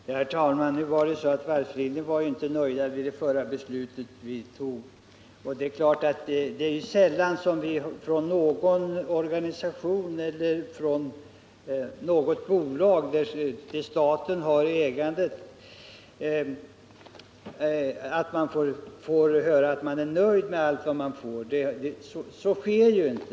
Herr talman! Varvsindustriföreningen var väl inte heller nöjd med vårt förra beslut, och det är också sällan som man från någon organisation eller något statligt bolag som erhåller medel får höra att mottagaren är helt nöjd med vad den får.